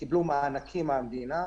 שקיבלו מענקים מהמדינה.